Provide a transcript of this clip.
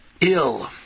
ill